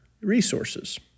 resources